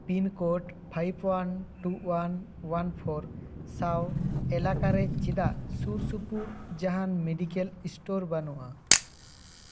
pin code five one two one one four ᱥᱟᱶ ᱮᱞᱟᱠᱟ ᱨᱮ ᱪᱮᱫᱟᱜ ᱥᱩᱨ ᱥᱩᱯᱩᱨ ᱡᱟᱦᱟᱱ ᱢᱮᱰᱤᱠᱮᱞ ᱤᱥᱴᱳᱨ ᱵᱟᱹᱱᱩᱜᱼᱟ